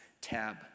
tab